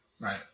Right